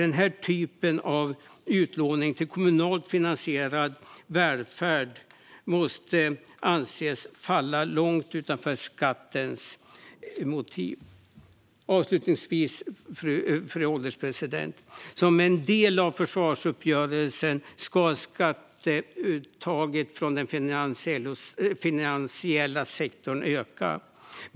Den typen av utlåning till kommunalt finansierad välfärd måste anses falla långt utanför skattens motiv. Avslutningsvis, fru ålderspresident, ska skatteuttaget från den finansiella sektorn öka som en del av försvarsuppgörelsen.